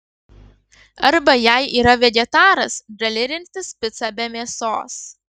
arba jei yra vegetaras gali rinktis picą be mėsos